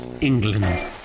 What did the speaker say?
England